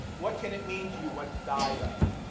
what can it mean to you what he died of?